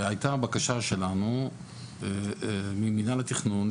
והייתה בקשה שלנו ממינהל התכנון,